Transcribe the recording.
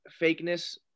fakeness